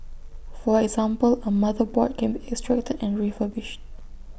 for example A motherboard can be extracted and refurbished